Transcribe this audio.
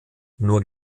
nur